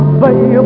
baby